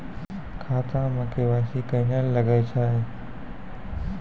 खाता मे के.वाई.सी कहिने लगय छै?